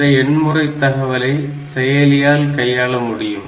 இந்த எண்முறை தகவலை செயலியால் கையாள முடியும்